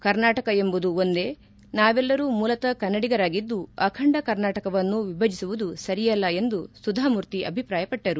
ಕರ್ನಾಟಕ ಎಂಬುದು ಒಂದೇ ನಾವೆಲರೂ ಮೂಲತಃ ಕನ್ನಡಿಗರಾಗಿದ್ದು ಅಖಂಡ ಕರ್ನಾಟಕವನ್ನು ವಿಭಜಿಸುವುದು ಸರಿಯಲ್ಲ ಎಂದು ಸುಧಾಮೂರ್ತಿ ಅಭಿಪ್ರಾಯಪಟ್ಟರು